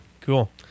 Cool